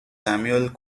samuel